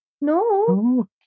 no